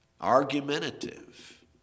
argumentative